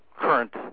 current